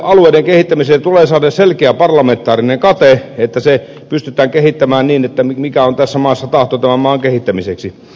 alueiden kehittämiseen tulee saada selkeä parlamentaarinen kate että pystytään kehittämään niin kuin on tässä maassa tahto tämän maan kehittämiseksi